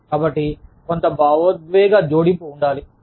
కాబట్టి కొంత భావోద్వేగ జోడింపు ఉండాలి